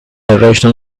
irrational